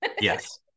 yes